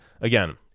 Again